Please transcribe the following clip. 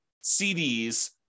CD's